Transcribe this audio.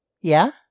Yeah